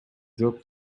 жооп